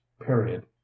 period